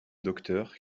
docteur